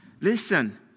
Listen